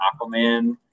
Aquaman